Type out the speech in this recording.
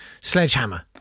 sledgehammer